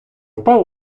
впав